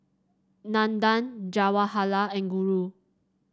Nandan Jawaharlal and Guru